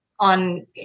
On